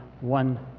one